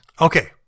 Okay